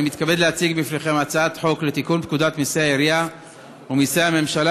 אני מתכבד להציג בפניכם הצעת חוק לתיקון פקודת מסי העירייה ומסי הממשלה